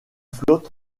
flotte